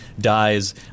dies